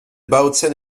bautzen